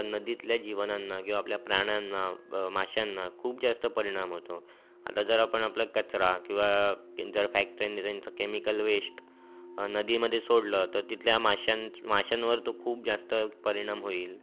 नदीतल्या जीवनांना किंवा आपल्या प्राण्यांना ब माश्यांना खूप जास्त परिणाम होतो आता जर आपण आपला कचरा किंवा तीन चार फॅक्ट्र्यांनी त्यांचं केमिकल वेष्ट नदीमध्ये सोडलं तर तिथल्या माश्यांचं माश्यांवर तो खूप जास्त परिणाम होईल